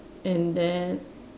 and then